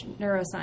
neuroscience